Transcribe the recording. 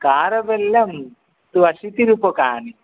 कारवेल्लं तु अशितिरूप्यकाणि